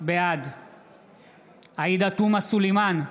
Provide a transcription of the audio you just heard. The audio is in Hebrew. בעד עאידה תומא סלימאן,